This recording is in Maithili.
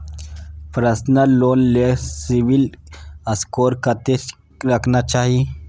पर्सनल लोन ले सिबिल स्कोर कत्ते रहना चाही?